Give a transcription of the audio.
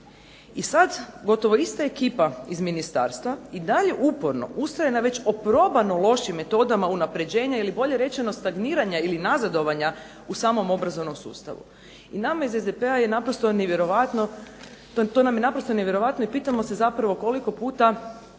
I sad gotovo ista ekipa iz ministarstva i dalje uporno ustraje na već oprobano lošim metodama unapređenja ili bolje rečeno stagniranja ili nazadovanja u samom obrazovnom sustavu. I nama iz SDP-a je naprosto nevjerojatno i pitamo se zapravo koliko puta